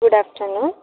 good afternoon